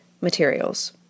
materials